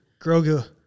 Grogu